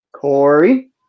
Corey